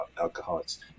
alcoholics